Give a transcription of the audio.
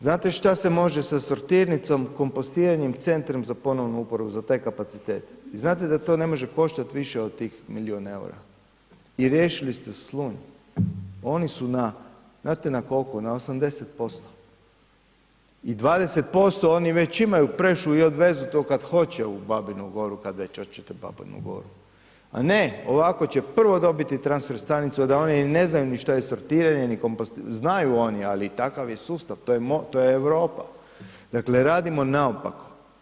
Znate šta se može sa sortirnicom, kompostiranjem, centrom za ponovnu uporabu za taj kapacitet i znate da to ne može koštat više od tih milijun EUR-a i riješili ste Slunj, oni su na, znate na kolko, na 80% i 20% oni već imaju prešu i odvezu to kad hoće u Babinu Goru, kad već hoćete Babinu Goru, a ne ovako će prvo dobiti transfer stanicu da oni i ne znaju ni što je sortiranje, ni kompostiranje, znaju oni, ali takav je sustav, to je Europa, dakle radimo naopako.